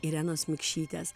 irenos mikšytės